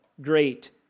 great